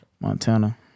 Montana